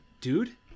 dude